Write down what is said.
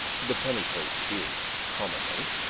the penny-post is, commonly,